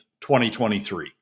2023